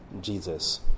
Jesus